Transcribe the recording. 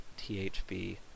THB